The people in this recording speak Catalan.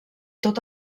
tot